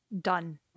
Done